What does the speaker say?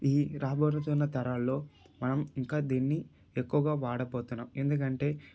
ఈ రాబోతున్న తరాల్లో మనం ఇంకా దీన్ని ఎక్కువగా వాడబోతున్నాం ఎందుకంటే